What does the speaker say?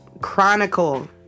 Chronicle